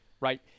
Right